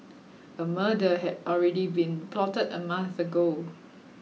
a murder had already been plotted a month ago